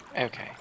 Okay